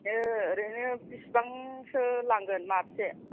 ओ ओरैनो बिसिबांसो लांगोन माबसे